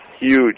huge